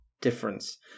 difference